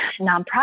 nonprofit